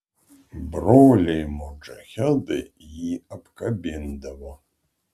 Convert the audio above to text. broliai modžahedai jį apkabindavo